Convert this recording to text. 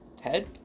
head